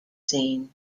scene